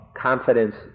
confidence